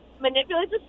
Manipulate's